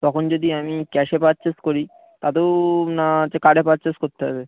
তখন যদি আমি ক্যাশে পারচেস করি তাতেও না হচ্ছে কার্ডে পারচেস করতে হবে